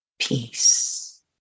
peace